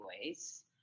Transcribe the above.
ways